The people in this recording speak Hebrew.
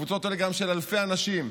קבוצות טלגרם של אלפי אנשים,